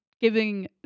giving